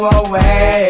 away